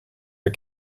are